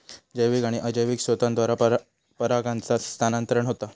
जैविक आणि अजैविक स्त्रोतांद्वारा परागांचा स्थानांतरण होता